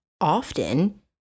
often